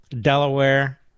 Delaware